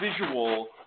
visual